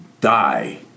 die